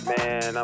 Man